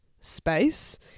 space